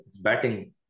batting